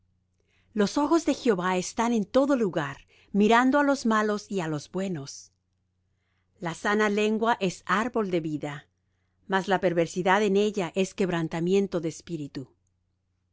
los ojos de jehová están en todo lugar mirando á los malos y á los buenos la sana lengua es árbol de vida mas la perversidad en ella es quebrantamiento de espíritu